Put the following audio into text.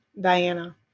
Diana